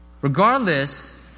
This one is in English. Regardless